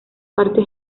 parte